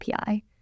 API